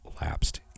lapsed